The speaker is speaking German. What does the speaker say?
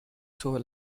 zur